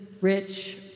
rich